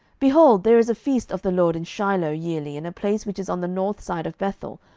behold, there is a feast of the lord in shiloh yearly in a place which is on the north side of bethel,